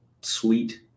sweet